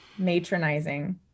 matronizing